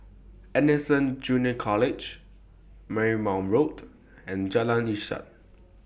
Anderson Junior College Marymount Road and Jalan Ishak